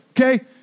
Okay